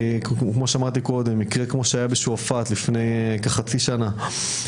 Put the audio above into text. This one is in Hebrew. כמו המקרה שהיה בשועפט לפני כחצי שנה,